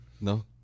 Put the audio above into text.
No